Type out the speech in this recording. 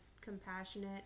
compassionate